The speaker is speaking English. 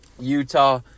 Utah